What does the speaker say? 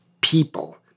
people